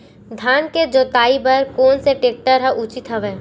धान के जोताई बर कोन से टेक्टर ह उचित हवय?